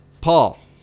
Paul